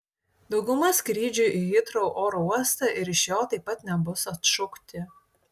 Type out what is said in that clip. dauguma skrydžių į hitrou oro uostą ir iš jo taip pat nebus atšaukti